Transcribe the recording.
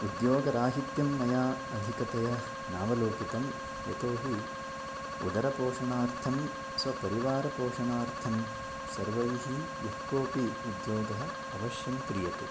उद्योगराहित्यं मया अधिकतया न अवलोकितं यतो हि उदरपोषणार्थं स्वपरिवारपोषणार्थं सर्वैः यः कोपि उद्योगः अवश्यं क्रियते